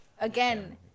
again